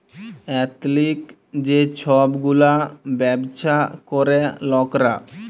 এথলিক যে ছব গুলা ব্যাবছা ক্যরে লকরা